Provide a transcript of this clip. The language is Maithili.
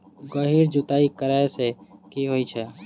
गहिर जुताई करैय सँ की होइ छै?